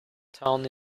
town